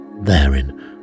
Therein